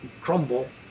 crumble